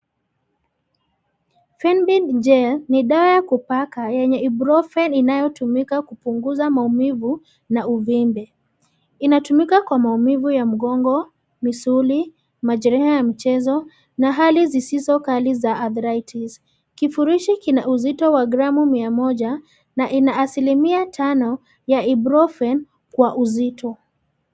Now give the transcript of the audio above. Fenbid Gel , ni dawa ya kupaka yenye Ibrofen inayotumika kupunguza maumivu, na uvimbe, inatumika kwa maumivu ya mgongo, misuli, majeraha ya mchezo, na hali zisizo kali za arthritis , kifurushi kina uzito wa gramu mia moja, na ina asilimia tano, ya Ibrofen , kwa uzito.